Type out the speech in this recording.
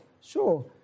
sure